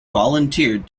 volunteered